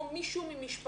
או מישהו מבני משפחתם.